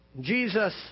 Jesus